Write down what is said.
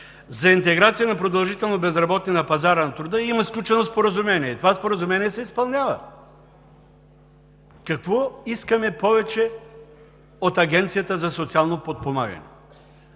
за интеграция на продължително безработни на пазара на труда има сключено споразумение и това споразумение се изпълнява. Какво искаме повече от Агенцията за социално подпомагане?